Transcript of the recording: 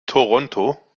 toronto